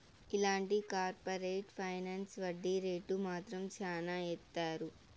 ఇలాంటి corporate finance వడ్డీ rate మాత్రం శ్యానా ఏత్తారు